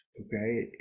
okay